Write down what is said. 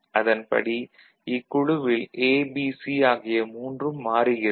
அதன்படி இக்குழுவில் A B C ஆகிய மூன்றும் மாறுகிறது